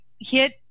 hit